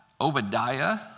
Obadiah